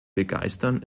begeistern